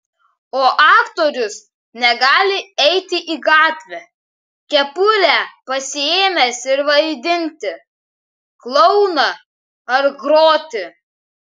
o aktorius negali eiti į gatvę kepurę pasiėmęs ir vaidinti klouną ar groti